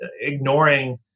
ignoring